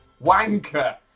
Wanker